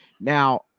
Now